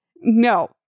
no